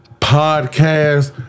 Podcast